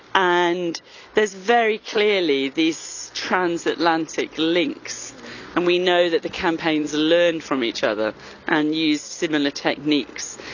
and there's very clearly these transatlantic links and we know that the campaigns learn from each other and use similar techniques.